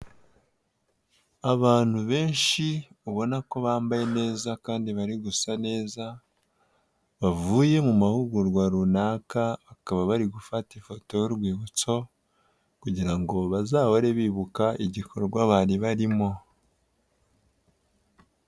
Abantu benshi ubona ko bambaye neza kandi bari gusa neza bavuye mu mahugurwa runaka bakaba bari gufata ifoto y'urwibutso kugira ngo bazahore bibuka igikorwa bari barimo.